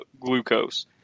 glucose